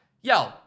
yo